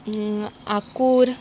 आंकूर